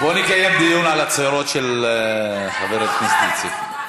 בואו נקיים דיון על הצרות של חבר הכנסת איציק.